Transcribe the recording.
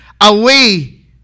Away